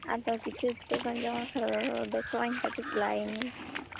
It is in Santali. ᱟᱫᱚ ᱠᱤᱪᱷᱩ ᱪᱮᱫ ᱠᱚᱧ ᱡᱚᱢ ᱞᱮᱠᱷᱟᱱ ᱨᱩᱣᱟᱹ ᱠᱚᱧ ᱵᱮᱥᱚᱜᱼᱟ ᱠᱟᱹᱴᱤᱡ ᱞᱟᱹᱭᱤᱧ ᱢᱮ